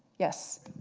yes?